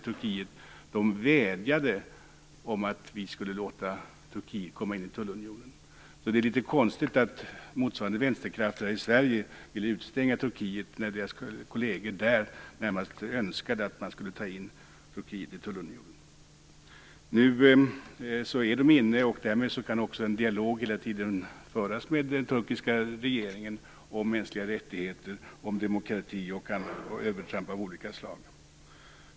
Dessa vädjade om att vi skulle låta Turkiet komma in i tullunionen. Det är alltså litet konstigt att motsvarande vänsterkrafter här i Sverige ville utestänga Turkiet när deras kolleger där närmast önskade att man skulle ta in Turkiet i tullunionen. Nu är Turkiet inne, och därmed kan också en dialog hela tiden föras med den turkiska regeringen om mänskliga rättigheter, om demokrati och om övertramp av olika slag.